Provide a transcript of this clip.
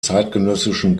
zeitgenössischen